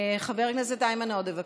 חבר הכנסת איימן עודה, בבקשה.